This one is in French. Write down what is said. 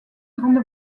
grande